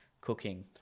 cooking